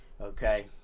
okay